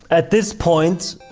at this point